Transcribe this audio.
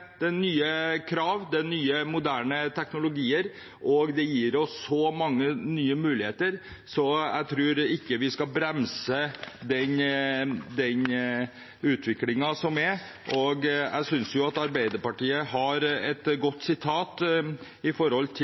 det nye krav, det er nye, moderne teknologier, og det gir oss så mange nye muligheter. Jeg tror ikke vi skal bremse den utviklingen som er, og jeg synes at Arbeiderpartiet har et godt sitat i sine merknader med hensyn til